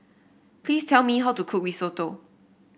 please tell me how to cook Risotto